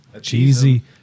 Cheesy